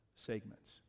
segments